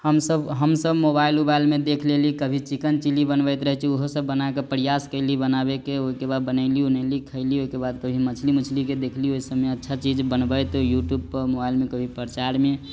हमसभ हमसभ मोबाइल उबाइलमे देख लेली कभी चिकेन चिल्ली बनबैत रहैत छै ओहोसभ बना कऽ प्रयास कयली बनाबयके ओहिकेबाद बनयली उनयली खयली ओहिकेबाद मछली मुछलीके देखली ओहिसभमे अच्छा चीज बनबैत तऽ यूट्यूबपर मोबाइलमे कभी प्रचारमे